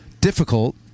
difficult